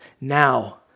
Now